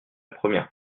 première